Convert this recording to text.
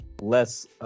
less